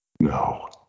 No